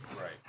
Right